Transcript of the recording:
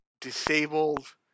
disabled